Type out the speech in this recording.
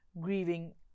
grieving